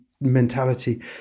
mentality